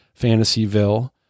fantasyville